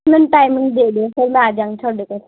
ਮੈਨੂੰ ਟਾਈਮਿੰਗ ਦੇ ਦਿਓ ਫਿਰ ਮੈਂ ਆ ਜਾਂਗੀ ਤੁਹਾਡੇ ਕੋਲ